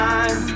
Time